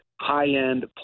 high-end